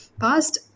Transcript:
past